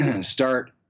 start